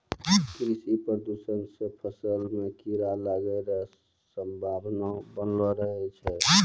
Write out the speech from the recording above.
कृषि प्रदूषण से फसल मे कीड़ा लागै रो संभावना वनलो रहै छै